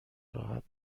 راحت